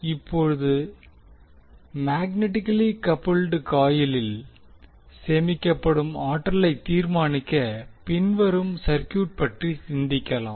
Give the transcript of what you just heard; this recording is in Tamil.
இப்போது மேக்னட்டிகலி கப்புல்ட் காயிலில் சேமிக்கப்படும் ஆற்றலை தீர்மானிக்க பின்வரும் சர்க்யூட் பற்றி சிந்திக்கலாம்